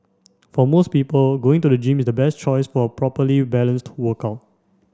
for most people going to a gym is the best choice for a properly balanced workout